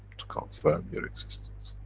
to confirm your existence?